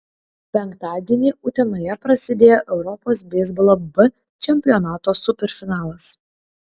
penktadienį utenoje prasidėjo europos beisbolo b čempionato superfinalas